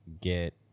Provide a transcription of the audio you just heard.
get